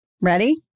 Ready